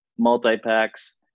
multi-packs